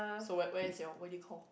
so where where is your where do you call